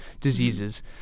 diseases